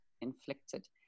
inflicted